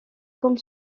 comme